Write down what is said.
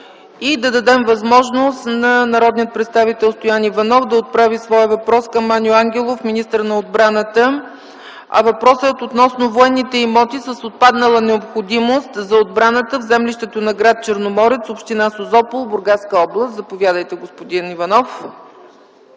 Даваме възможност на народния представител Стоян Иванов да отправи своя въпрос към Аню Ангелов – министър на отбраната. Въпросът е относно военни имоти с отпаднала необходимост за отбраната в землището на гр. Черноморец, община Созопол, Бургаска област. Заповядайте, господин Иванов.